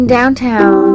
downtown